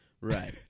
Right